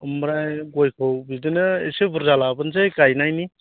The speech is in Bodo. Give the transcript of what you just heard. ओमफ्राय गयखौ बिदिनो एसे बुरजा लाबोनोसै गायनायनि